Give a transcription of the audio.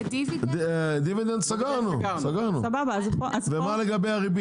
דיבידנד סגרנו, ומה לגבי הריבית?